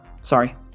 Sorry